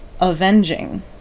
avenging